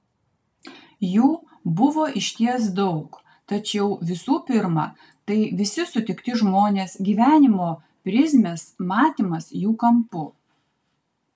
jų buvo išties daug tačiau visų pirma tai visi sutikti žmonės gyvenimo prizmės matymas jų kampu